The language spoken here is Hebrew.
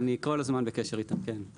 אני כל הזמן בקשר איתם, כן.